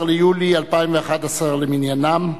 18 ביולי 2011 למניינם.